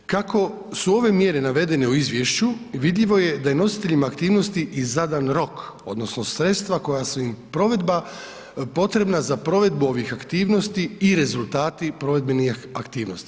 Kako su ove mjere navedene u izvješću vidljivo je da je nositeljima aktivnosti i zadan rok odnosno sredstva koja su im provedba, potrebna za provedbu ovih aktivnosti i rezultati provedbenih aktivnosti.